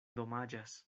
domaĝas